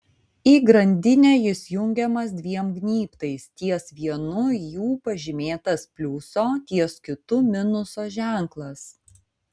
į grandinę jis jungiamas dviem gnybtais ties vienu jų pažymėtas pliuso ties kitu minuso ženklas